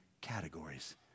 categories